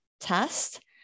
test